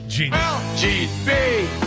L-G-B